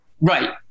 Right